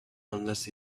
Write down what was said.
unless